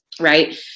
right